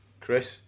Chris